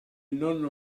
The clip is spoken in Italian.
nonno